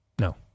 No